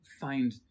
find